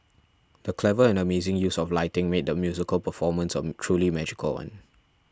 the clever and amazing use of lighting made the musical performance of truly magical one